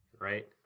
right